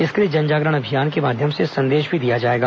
इसके लिए जन जागरण अभियान के माध्यम से संदेश भी दिया जाएगा